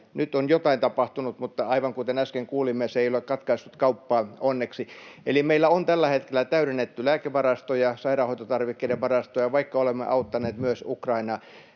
Nyt on jotain tapahtunut, mutta aivan kuten äsken kuulimme, onneksi se ei ole katkaissut kauppaa. Eli meillä on tällä hetkellä täydennetty lääkevarastoja ja sairaanhoitotarvikkeiden varastoja, vaikka olemme auttaneet myös Ukrainaa.